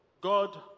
God